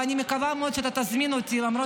ואני מקווה מאוד שאתה תזמין אותי למרות